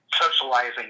socializing